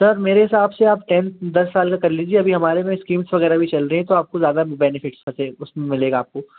sir मेरे हिसाब से आप टेन दस साल का कर लीजिए अभी हमारे में स्कीम्स वग़ैरह भी चल रही हैं तो आपको ज़्यादा बेनीफिट्स ऐसे उसमें मिलेगा आपको